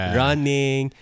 running